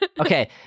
Okay